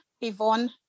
Yvonne